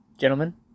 Gentlemen